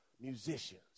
musicians